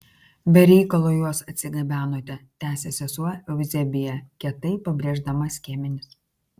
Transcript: be reikalo juos atsigabenote tęsė sesuo euzebija kietai pabrėždama skiemenis